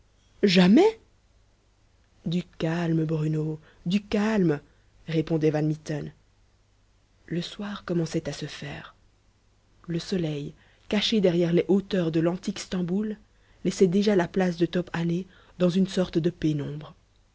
jamais du calme bruno du calme répondait van mitten le soir commençait à se faire le soleil caché derrière les hauteurs de l'antique stamboul laissait déjà la place de top hané dans une sorte de pénombre